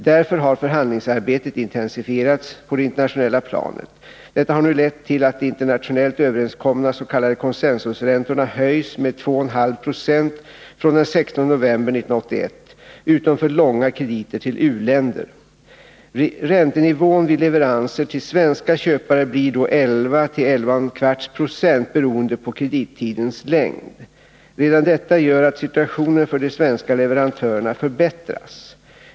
Därför har förhandlingsarbetet intensifierats på det internationella planet. Detta har nu lett till att de internationellt överenskomna s.k. consensus-räntorna höjs med 2,5 Z från den 16 november 1981 utom för långa krediter till u-länder. Räntenivån vid leveranser till svenska köpare blir då 11-11,25 90 beroende på kredittidens längd. Redan detta gör att situationen för de svenska leverantörerna förbättras.